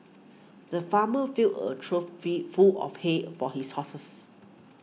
the farmer filled a trough fill full of hay for his horses